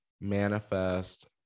manifest